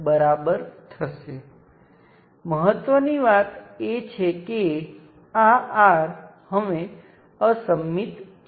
તેથી સર્કિટમાં જતો એકમાત્ર આ વાયરમાંનો કરંટ શૂન્ય હોવો જોઈએ